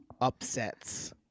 upsets